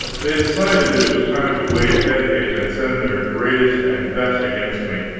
they decided that it was time to waive etiquette and send their greatest and best against me.